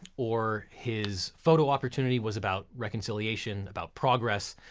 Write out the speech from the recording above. or his photo opportunity was about reconciliation, about progress,